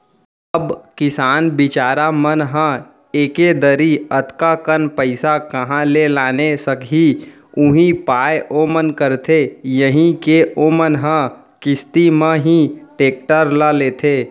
अब किसान बिचार मन ह एके दरी अतका कन पइसा काँहा ले लाने सकही उहीं पाय ओमन करथे यही के ओमन ह किस्ती म ही टेक्टर ल लेथे